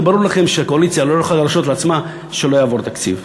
כי ברור לכם שהקואליציה לא תוכל להרשות לעצמה שלא יעבור תקציב.